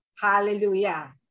Hallelujah